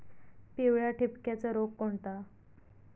पिवळ्या ठिपक्याचा रोग कोणता?